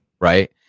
right